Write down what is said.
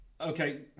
Okay